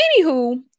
Anywho